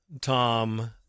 Tom